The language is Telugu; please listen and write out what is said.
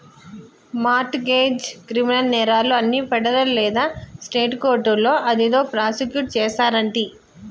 మార్ట్ గెజ్, క్రిమినల్ నేరాలు అన్ని ఫెడరల్ లేదా స్టేట్ కోర్టులో అదేదో ప్రాసుకుట్ చేస్తారంటి